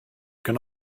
can